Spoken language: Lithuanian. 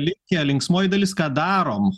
likę linksmoji dalis ką darom